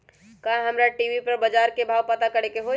का हमरा टी.वी पर बजार के भाव पता करे के होई?